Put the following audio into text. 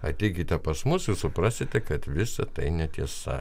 ateikite pas mus ir suprasite kad visa tai netiesa